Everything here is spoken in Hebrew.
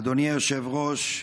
אדוני היושב-ראש,